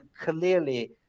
clearly